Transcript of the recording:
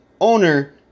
owner